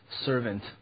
servant